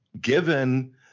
given